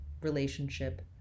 relationship